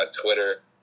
Twitter